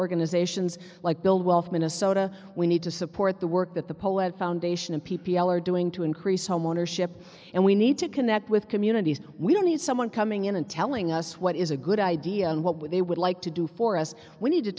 organizations like bill wolff minnesota we need to support the work that the poet foundation and p p l are doing to increase home ownership and we need to connect with communities we need someone coming in and telling us what is a good idea and what would they would like to do for us we need to